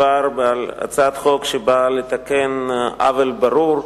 מדובר בהצעת חוק שבאה לתקן עוול ברור,